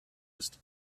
ist